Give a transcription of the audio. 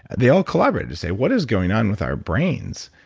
they all collaborated to say, what is going on with our brains?